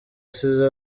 asize